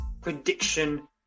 prediction